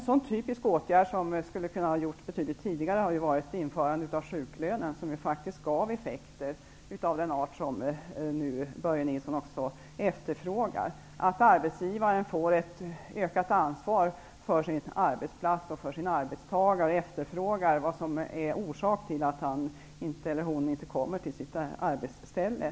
En typisk åtgärd som skulle kunna ha genomförts betydligt tidigare är införandet av sjuklönen. Det gav ju faktiskt effekter av den art som Börje Nilsson efterfrågar. Arbetsgivaren får ett ökat ansvar för sin arbetsplats och för sin arbetstagare och efterfrågar vad som är orsak till att han eller hon inte kommer till sitt arbetsställe.